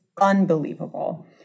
unbelievable